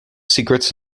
secrets